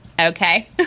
Okay